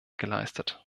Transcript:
geleistet